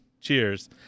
Cheers